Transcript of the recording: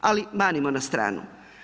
Ali manimo na stranu.